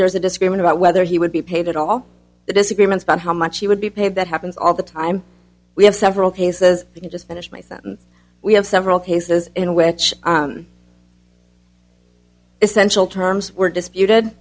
there's a disagreement about whether he would be paid at all the disagreements about how much he would be paid that happens all the time we have several cases you just finish my sentence we have several cases in which essential terms were disputed